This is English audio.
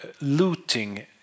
looting